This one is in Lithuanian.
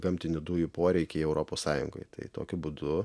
gamtinių dujų poreikiai europos sąjungoje tai tokiu būdu